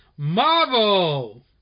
Marvel